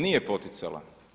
Nije poticala.